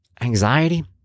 anxiety